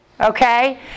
okay